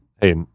Hey